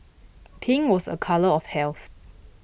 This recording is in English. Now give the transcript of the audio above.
pink was a colour of health